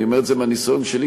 אני אומר את זה מהניסיון שלי,